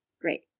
Great